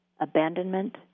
abandonment